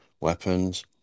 weapons